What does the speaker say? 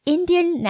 Indian